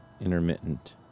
Intermittent